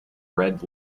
red